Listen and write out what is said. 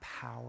power